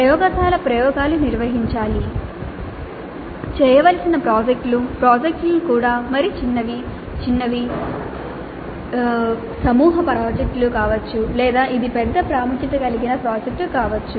ప్రయోగశాల ప్రయోగాలు నిర్వహించాలి చేయవలసిన ప్రాజెక్టులు ప్రాజెక్టులు కూడా మరి చిన్నవి చిన్నవి సమూహ ప్రాజెక్టులు కావచ్చు లేదా ఇది పెద్ద ప్రాముఖ్యత కలిగిన ప్రాజెక్ట్ కావచ్చు